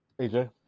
AJ